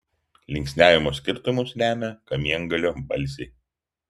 linksniavimo skirtumus lemia kamiengalio balsiai